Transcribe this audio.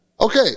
Okay